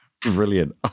brilliant